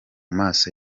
maso